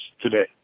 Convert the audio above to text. today